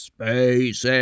Space